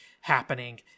happening